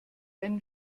einen